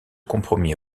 compromis